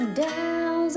down